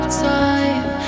time